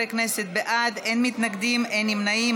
חברי כנסת בעד, אין מתנגדים, אין נמנעים.